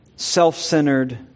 self-centered